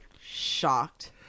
shocked